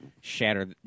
shatter